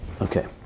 Okay